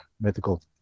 mythical